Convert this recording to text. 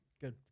Good